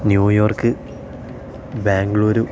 New York Bangalore